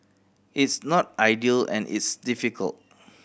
it's not ideal and it's difficult